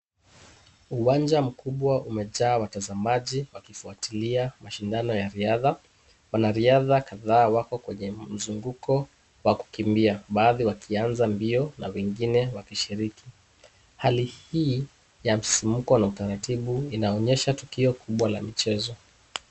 Uwanja mkubwa umejaa watazamaji wakifuatilia mashindano ya riadha. Wanariadha kadhaa wako kwenye mzunguko wa kukimbia baadhi wakianza mbio na wengine wakishiriki. Hali hii ya msisimko na utaratibu inaonyesha tukio kubwa la michezo.